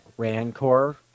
rancor